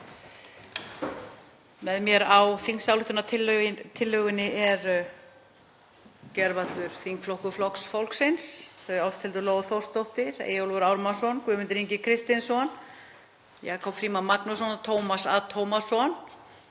Með mér á þingsályktunartillögunni er gjörvallur þingflokkur Flokks fólksins, Ásthildur Lóa Þórsdóttir, Eyjólfur Ármannsson, Guðmundur Ingi Kristinsson, Jakob Frímann Magnússon og Tómas A. Tómasson.